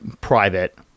private